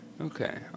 Okay